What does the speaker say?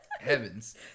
Heavens